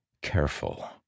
Careful